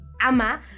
ama